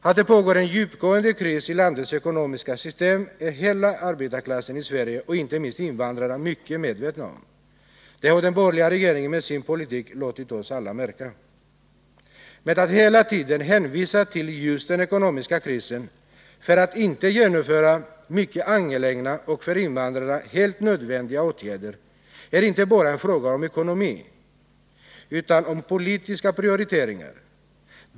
Att det pågår en djupgående kris i landets ekonomiska system är hela arbetarklassen i Sverige och inte minst invandrarna mycket medvetna om. Det har den borgerliga regeringen med sin politik låtit oss alla märka. Men när man hela tiden hänvisar till just den ekonomiska krisen för att inte genomföra mycket angelägna och för invandrarna helt nödvändiga åtgärder, är det inte bara en fråga om ekonomi utan om politiska prioriteringar.